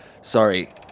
Sorry